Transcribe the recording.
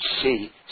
see